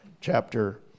chapter